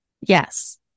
Yes